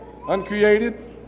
uncreated